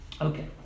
Okay